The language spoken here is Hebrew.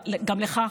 גם לך,